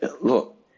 look